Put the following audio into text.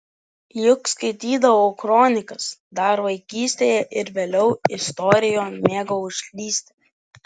juk skaitydavau kronikas dar vaikystėje ir vėliau istorijon mėgau užklysti